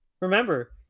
Remember